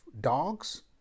dogs